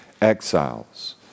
exiles